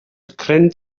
dipyn